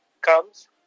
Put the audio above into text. comes